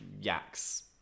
yaks